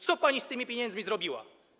Co pani z tymi pieniędzmi zrobiła?